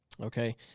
Okay